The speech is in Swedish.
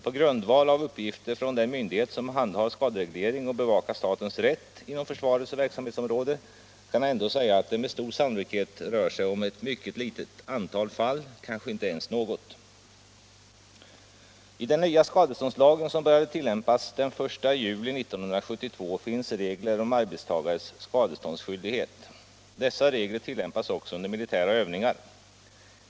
På grundval av uppgifter från den myndighet som 13 Om arbetarskyddet inom försvaret handhar skadereglering och bevakar statens rätt inom försvarets verksamhetsområde kan jag ändå säga att det med stor sannolikhet rör sig om ett mycket litet antal fall, kanske inte ens något. I den nya skadeståndslagen, som började tillämpas den 1 juli 1972, finns regler om arbetstagares skadeståndsskyldighet. Dessa regler tilllämpas också under militära övningar.